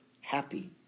happy